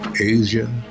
Asia